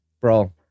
bro